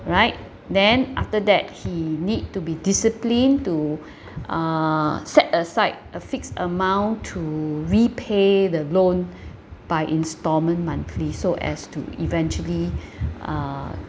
right then after that he need to be disciplined to uh set aside a fixed amount to repay the loan by installment monthly so as to eventually uh